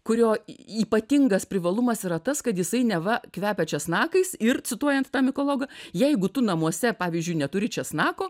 kurio ypatingas privalumas yra tas kad jisai neva kvepia česnakais ir cituojant tą mikologą jeigu tu namuose pavyzdžiui neturi česnako